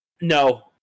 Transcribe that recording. no